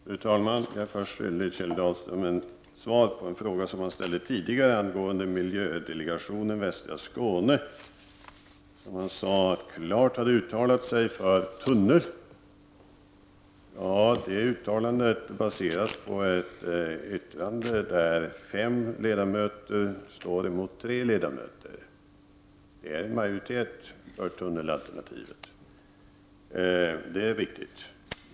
Fru talman! Först vill jag svara på en fråga som Kjell Dahlström ställde tidigare angående miljödelegationen västra Skåne, som han sade klart hade uttalat sig för en tunnel. Detta uttalande baseras på ett yttrande där 5 ledamöter står mot 3 ledamöter. Det är riktigt att det innebär en majoritet för tunnelalternativet.